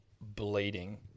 bleeding